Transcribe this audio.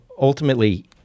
ultimately